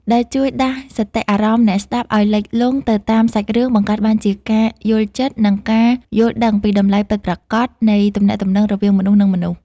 ដែលជួយដាស់សតិអារម្មណ៍អ្នកស្ដាប់ឱ្យលិចលង់ទៅតាមសាច់រឿង បង្កើតបានជាការយល់ចិត្ត និងការយល់ដឹងពីតម្លៃពិតប្រាកដនៃទំនាក់ទំនងរវាងមនុស្ស និងមនុស្ស។